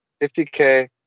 50K